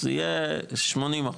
יהיה 80%,